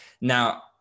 Now